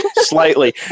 Slightly